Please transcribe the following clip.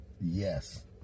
Yes